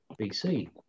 BC